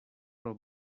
pro